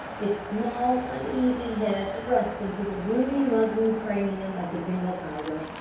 its small uneasy head thrust into the roomy muslin cranium of the bengal tiger,